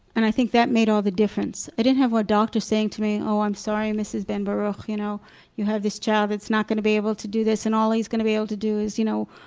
and i think that made all the difference. i didn't have a doctor saying to me, oh, i'm sorry mrs. ben baruch, you know you have this child that's not going to be able to do this, and all he's going to be able to do is, you know,